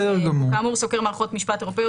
כאמור סוקר מערכות משפט אירופאיות,